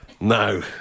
No